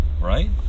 Right